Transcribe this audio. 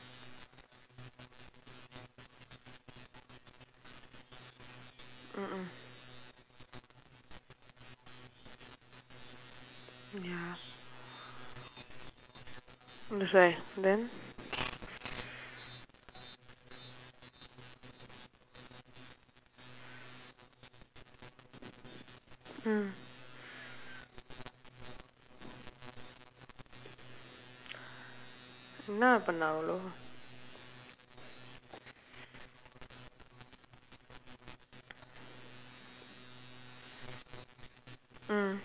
mm mm ya that's why then mm என்னா பண்ணே அவளோ:ennaa panna avaloo mm